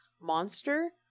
Monster